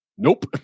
Nope